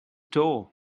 door